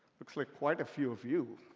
looks like quite a few of you.